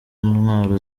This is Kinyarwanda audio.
ntwaro